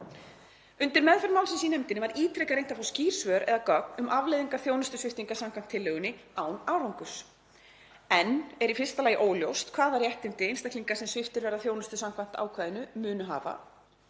Undir meðferð málsins í nefndinni var ítrekað reynt að fá skýr svör eða gögn um afleiðingar þjónustusviptingar samkvæmt tillögunni, án árangurs. Enn er í fyrsta lagi óljóst hvaða réttindi einstaklingar, sem sviptir verða þjónustu samkvæmt ákvæðinu, munu hafa,